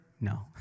No